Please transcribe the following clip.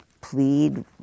plead